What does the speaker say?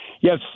Yes